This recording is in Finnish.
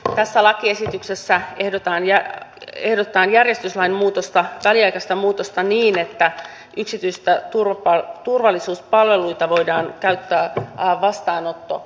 tässä lakiesityksessä ehdotetaan järjestyslain väliaikaista muutosta niin että yksityisiä turvallisuuspalveluita voidaan käyttää vastaanottokeskuksissa